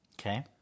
Okay